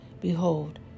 behold